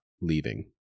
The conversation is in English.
leaving